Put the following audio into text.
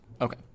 Okay